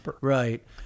Right